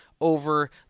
over